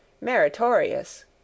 meritorious